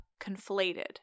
conflated